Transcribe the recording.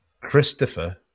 Christopher